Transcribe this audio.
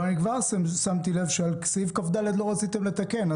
אבל כבר שמתי לב שבסעיף כד לא רציתם לתקן.